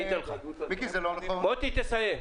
תסיים.